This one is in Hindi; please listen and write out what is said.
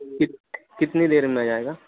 कित कितनी देर में आ जायेगा